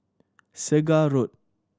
Segar Road